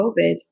COVID